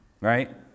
right